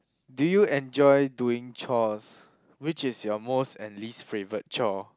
do you enjoy doing chores which is your most and least favourite chore